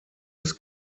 des